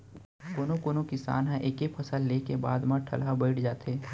कोनो कोनो किसान ह एके फसल ले के बाद म ठलहा बइठ जाथे